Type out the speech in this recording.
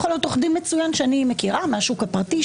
זה יכול להיות עורך דין מצוין שאני מכירה מהשוק הפרטי,